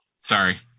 Sorry